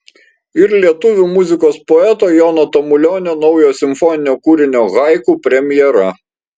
ir lietuvių muzikos poeto jono tamulionio naujo simfoninio kūrinio haiku premjera